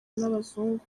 n’abazungu